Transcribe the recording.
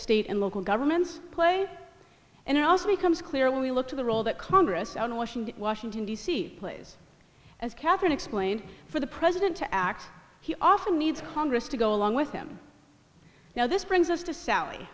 state and local governments play and it also becomes clear when we look to the role that congress and washington washington d c plays as katherine explained for the president to act he often needs congress to go along with him now this brings us to sally